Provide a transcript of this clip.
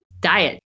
diet